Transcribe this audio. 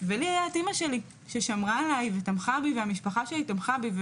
ולי היה אימא שלי ששמרה עליי והמשפחה שלי תמכה בי.